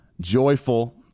joyful